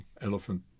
elephant